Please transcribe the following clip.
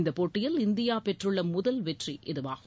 இந்தப் போட்டியில் இந்தியா பெற்றுள்ள முதல் வெற்றி இதுவாகும்